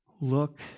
Look